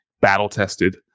battle-tested